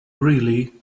really